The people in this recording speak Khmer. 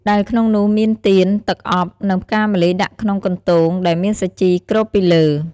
ដែលក្នុងនោះមានទៀន, ទឹកអប់ និងផ្កាម្លិះដាក់ក្នុងកន្ទោងដែលមានសាជីគ្របពីលើ។